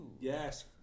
Yes